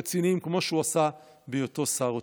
רציניים כמו שהוא עשה בהיותו שר אוצר?